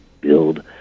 build